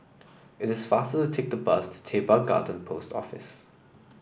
it is faster take the bus to Teban Garden Post Office